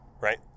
right